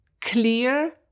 clear